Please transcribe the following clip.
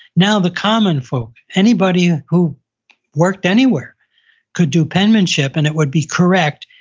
now the common folk, anybody who worked anywhere could do penmanship, and it would be correct,